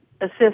assist